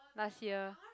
last year